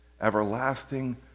Everlasting